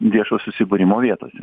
viešo susibūrimo vietose